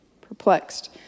perplexed